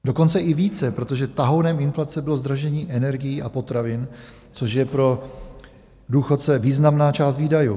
Dokonce i více, protože tahounem inflace bylo zdražení energií a potravin, což je pro důchodce významná část výdajů.